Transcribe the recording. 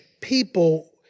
people